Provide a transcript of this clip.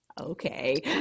Okay